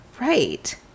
Right